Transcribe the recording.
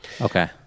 Okay